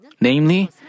Namely